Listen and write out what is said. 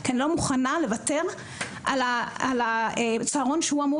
כי אני לא מוכנה לוותר על הצהרון שהוא אמור